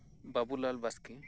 Babulal Baski